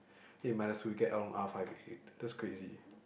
eh might as well we get L one R five eight that's crazy